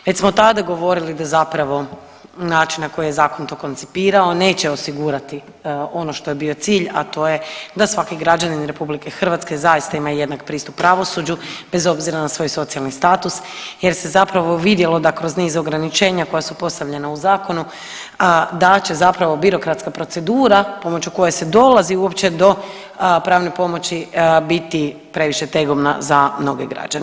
Već smo tada govorili da zapravo način na koji je zakon to koncipirao neće osigurati ono što je bio cilj, a to je da svaki građanin RH zaista ima jedak pristup pravosuđu bez obzira na svoj socijalni status jer se zapravo vidjelo da kroz niz ograničenja koja su postavljena u zakonu, da će zapravo birokratska procedura pomoću koje se dolazi uopće do pravne pomoći biti previše tegovna za mnoge građane.